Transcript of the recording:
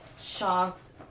shocked